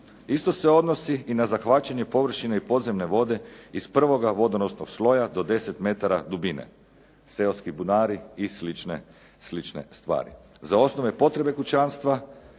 Isto se odnosi i na zahvaćanje površina i podzemne vode iz prvoga vodonosnog sloja do 10 metara dubine, seoski bunari i slične stvari za osnove potrebe kućanstva